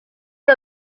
que